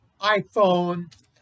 iPhone